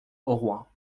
auroi